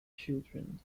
children